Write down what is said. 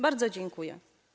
Bardzo dziękuję.